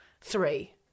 Three